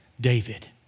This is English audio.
David